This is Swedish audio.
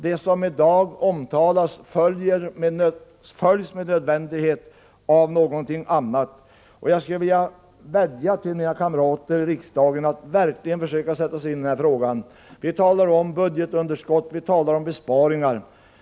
Det som i dag påbörjas följs nödvändigtvis av något annat. Jag skulle vilja vädja till mina kamrater i riksdagen att verkligen försöka sätta sig in i denna fråga. Vi talar om budgetunderskott och besparingar.